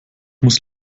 muss